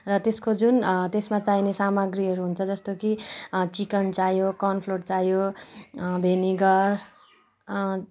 र त्यसको जुन त्यसमा चाहिने सामाग्रीहरू हुन्छ जस्तो कि चिकन चाहियो कर्नफ्लोर चाहियो भेनिगर